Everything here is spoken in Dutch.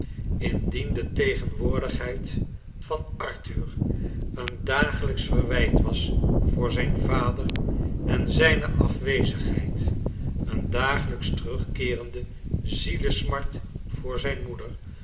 indien de tegenwoordigheid van arthur een dagelijks ch verwijt was voor zijn vader en zijne afwezigheid een dagelijks terugkeerende zielesmart voor zijn moeder